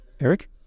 Eric